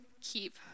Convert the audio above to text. keep